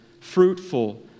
fruitful